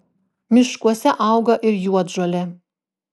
miškuose auga ir juodžolė